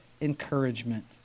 encouragement